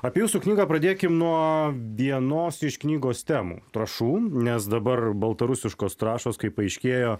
apie jūsų knygą pradėkim nuo vienos iš knygos temų trąšų nes dabar baltarusiškos trąšos kaip paaiškėjo